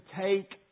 take